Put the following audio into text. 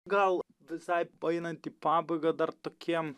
gal visai paeinant į pabaigą dar tokie